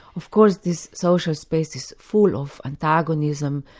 of course this social space is full of antagonism.